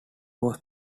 was